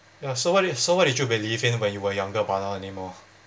ya so what so what did you believe in when you were younger but not anymore